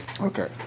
Okay